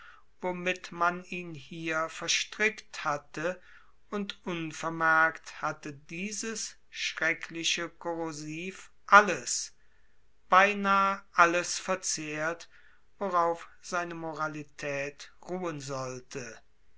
womit man ihn hier verstrickt hatte und unvermerkt hatte dieses schreckliche korrosiv alles beinahe alles verzehrt worauf seine moralität ruhen sollte